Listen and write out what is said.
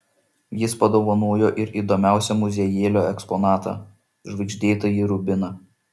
jis padovanojo ir įdomiausią muziejėlio eksponatą žvaigždėtąjį rubiną